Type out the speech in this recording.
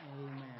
Amen